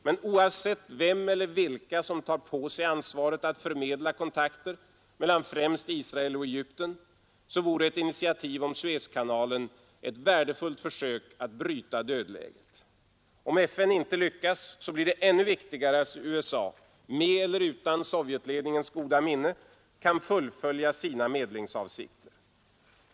Men oavsett vem eller vilka som tar på sig ansvaret att förmedla kontakter mellan främst Israel och Egypten vore ett initiativ om Suezkanalen ett värdefullt försök att bryta dödläget. Om FN inte lyckas, blir det ännu viktigare att USA — med eller utan Sovjetledningens goda minne — kan fullfölja sina medlingsavsikter.